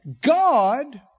God